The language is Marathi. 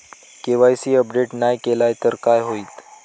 के.वाय.सी अपडेट नाय केलय तर काय होईत?